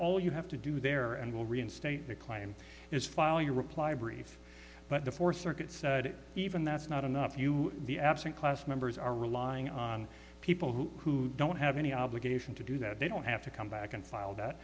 all you have to do there and will reinstate the client is file your reply brief but the fourth circuit said even that's not enough to you the absent class members are relying on people who don't have any obligation to do that they don't have to come back and file that